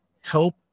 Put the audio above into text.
help